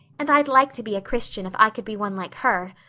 and i'd like to be a christian if i could be one like her.